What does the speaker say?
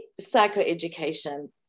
psychoeducation